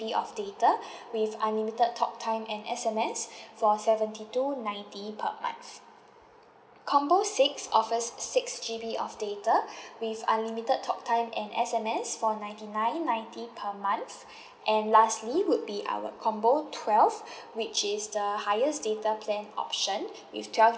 of data with unlimited talk time and S_M_S for seventy two ninety per month combo six offers six G_B of data with unlimited talk time and S_M_S for ninety nine ninety per month and lastly would be our combo twelve which is the highest data plan option with twelve